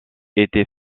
été